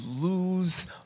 lose